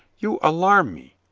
you alarm me.